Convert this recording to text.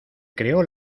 creó